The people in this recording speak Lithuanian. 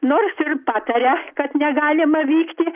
nors ir pataria kad negalima vykti